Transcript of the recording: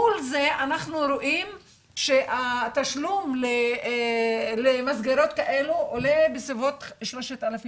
מול זה אנחנו רואים שהתשלום למסגרות כאלו עולה בסביבות 3,000 שקל.